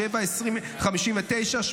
19:59,